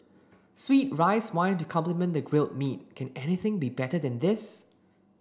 sweet rice wine to complement the grilled meat can anything be better than this